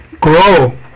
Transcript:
grow